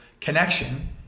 connection